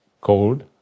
cold